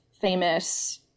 famous